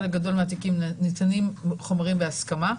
בחלק גדול מהתיקים ניתנים חומרים בהסכמה.